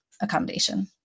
accommodation